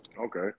Okay